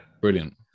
brilliant